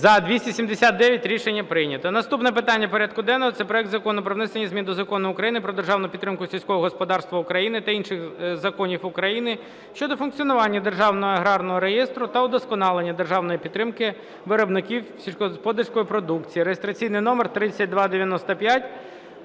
За-279 Рішення прийнято. Наступне питання порядку денного – це проект Закону про внесення змін до Закону України "Про державну підтримку сільського господарства України" та інших законів Україні щодо функціонування Державного аграрного реєстру та удосконалення державної підтримки виробників сільськогосподарської продукції (реєстраційний номер 3295,